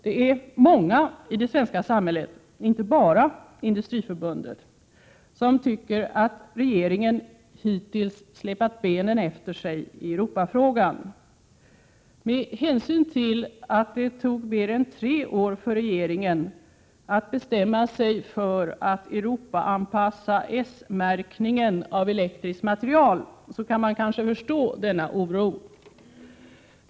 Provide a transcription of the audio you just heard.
Det är många i det svenska samhället, inte bara Industriförbundet, som tycker att regeringen hittills släpat benen efter sig i Europafrågan. Med hänsyn till att det tog mer än tre år för regeringen att bestämma sig för att Europaanpassa S-märkningen av elektriskt material så kan man kanske förstå denna oro.